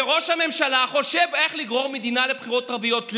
וראש הממשלה חושב איך לגרור מדינה לבחירות רביעיות.